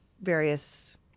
various